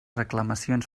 reclamacions